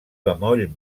bemoll